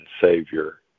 Savior